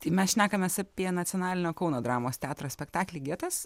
tai mes šnekamės apie nacionalinio kauno dramos teatro spektaklį getas